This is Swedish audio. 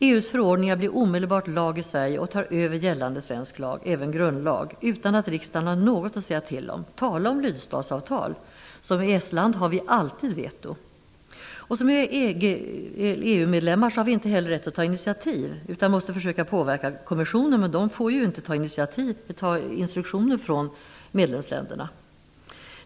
EU:s förordningar blir omedelbart lag i Sverige och tar över gällande svensk lag, även grundlag, utan att riksdagen har något att säga till om. Tala om lydstatsavtal! Som EES-land har vi alltid veto. Som EU-medlemmar har vi inte heller rätt att ta initiativ utan måste försöka påverka kommissionen. Där får man inte ta instruktioner från medlemsländerna.